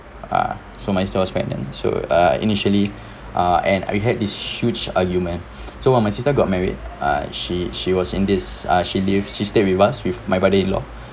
ah so my sister was pregnant so uh initially uh and I had this huge argument so when my sister got married uh she she was in this ah she lives she stay with us with my brother-in-law